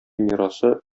мирасы